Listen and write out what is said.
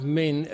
men